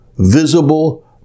visible